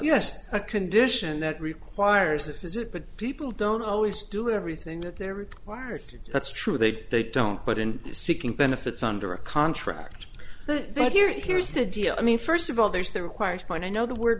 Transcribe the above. a condition that requires if is it but people don't always do everything that they're required to do that's true they they don't put in seeking benefits under a contract that here here's the deal i mean first of all there's the required point i know the word